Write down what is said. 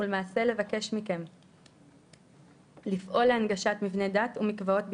ולמעשה לבקש מכם לפעול להנגשת מבני דת ומקוואות בפרט.